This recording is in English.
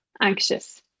anxious